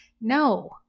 no